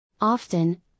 Often